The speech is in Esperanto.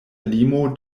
limo